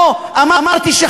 לא אמרתי,